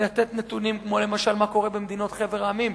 לתת נתונים כמו למשל מה קורה במדינות חבר העמים.